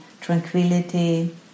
tranquility